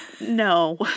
No